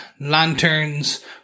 lanterns